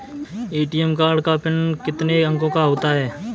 ATM card का पिन कितने अंकों का होता है?